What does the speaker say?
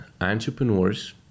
entrepreneurs